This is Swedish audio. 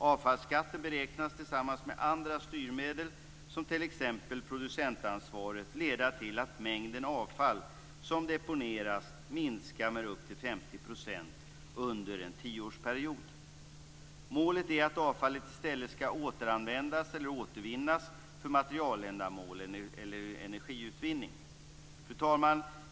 Avfallsskatten beräknas tillsammans med andra styrmedel, som t.ex. producentansvaret, leda till att mängden avfall som deponeras minskar med upp till 50 % under en tioårsperiod. Målet är att avfallet i stället skall återanvändas eller återvinnas för materialändamål eller energiutvinning. Fru talman!